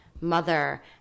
mother